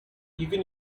even